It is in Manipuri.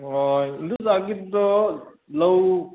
ꯑꯣ ꯏꯟꯗꯣꯟꯆꯥꯒꯤꯗꯣ ꯂꯧ